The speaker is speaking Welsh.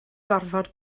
gorfod